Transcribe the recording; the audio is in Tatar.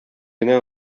генә